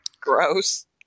Gross